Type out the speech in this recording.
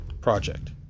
project